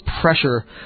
pressure